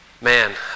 Man